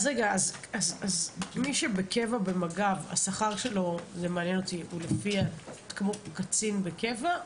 אז מי שבקבע במג"ב, השכר שלו הוא כמו קצין בקבע?